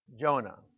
Jonah